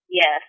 Yes